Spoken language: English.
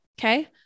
okay